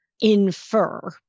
infer